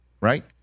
right